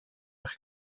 eich